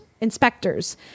inspectors